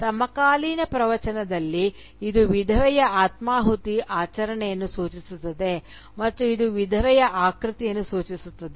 ಸಮಕಾಲೀನ ಪ್ರವಚನದಲ್ಲಿ ಇದು ವಿಧವೆಯ ಅತ್ಮಾಹುತಿ ಆಚರಣೆಯನ್ನು ಸೂಚಿಸುತ್ತದೆ ಮತ್ತು ಇದು ವಿಧವೆಯ ಆಕೃತಿಯನ್ನು ಸೂಚಿಸುತ್ತದೆ